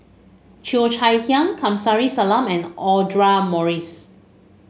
Cheo Chai Hiang Kamsari Salam and Audra Morrice